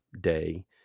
day